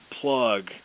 plug